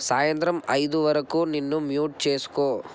సాయంత్రం ఐదు వరకు నిన్ను మ్యూట్ చేసుకో